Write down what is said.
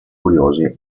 curiosi